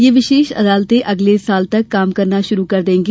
यह विशेष अदालतें अगले साल तक काम करना शुरू कर देंगी